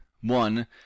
one